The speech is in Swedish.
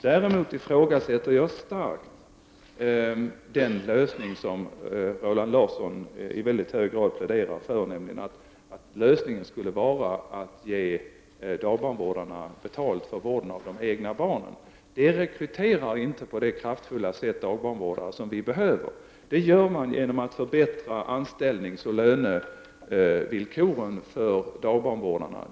Däremot ifrågasätter jag starkt den lösning som Roland Larsson i hög grad pläderar för, nämligen att lösningen skulle vara att ge dagbarnvårdarna betalt för vården av de egna barnen. Den lösningen rekryterar inte på det kraftfulla sätt de dagbarnvårdare som vi behöver. Det gör man genom att förbättra anställningsoch lönevillkoren för dagbarnvårdarna.